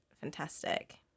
fantastic